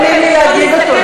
אבל לא נותנים לי להגיד אותו,